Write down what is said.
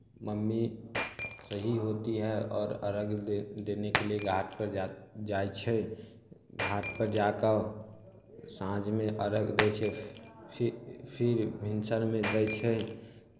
mummy सही होती है आओर अरघ दे देने के लिए घाटपर जात् जाइ छै घाटपर जा कऽ साँझमे अर्घ्य दै छै फेर फेर भिनसरमे दै छै